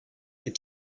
and